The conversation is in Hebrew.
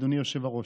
אדוני היושב-ראש.